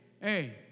hey